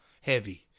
heavy